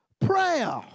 prayer